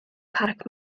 parc